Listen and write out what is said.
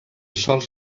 sols